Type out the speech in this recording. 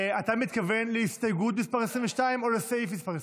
אתה מתכוון להסתייגות מס' 22 או לסעיף מס' 22?